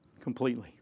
completely